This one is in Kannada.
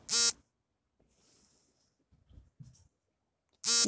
ಕೀಟಗಳ ನಿಯಂತ್ರಣ ಮಾಡಲು ಯಾವ ರೀತಿಯ ಕೀಟನಾಶಕಗಳನ್ನು ಬಳಸಬೇಕು?